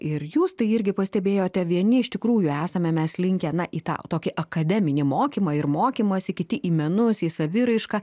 ir jūs tai irgi pastebėjote vieni iš tikrųjų esame mes linkę na į tą tokį akademinį mokymą ir mokymąsi kiti į menus į saviraišką